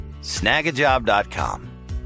Snagajob.com